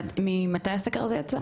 ממתי הסקר הזה יצא?